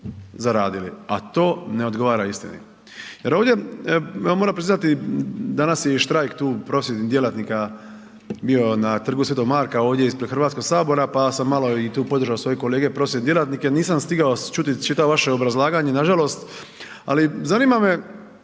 zaradili, a to ne odgovara istini. Jer ovdje, evo moram priznati danas je i štrajk tu prosvjetnih djelatnika bio na trgu Svetog Marka, ovdje ispred HS, pa sam malo i tu podržao svoje kolege prosvjetne radnike, nisam stigao čuti čitavo vaše obrazlaganje nažalost, ali zanima me,